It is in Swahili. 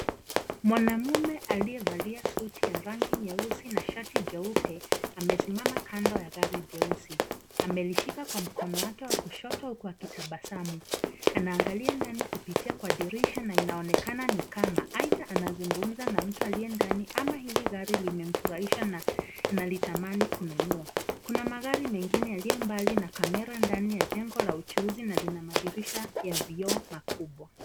Mwanaume aliyevalia suti ya rangi nyeusi na shati jeupe amesimama kando ya gari jeusi amelishika kwa mkono wake wa kushoto huku akitabasamu anaangalia ndani kupitia kwa dirisha na inaonekana ni kama aidha anazungumza na mtu aliye ndani ama hili gari limemfurahisha na analitamani kununua. Kuna magari mengine yaliyo mbali na kamera ndani ya jengo la uchuuzi na lina madirisha ya vioo makubwa.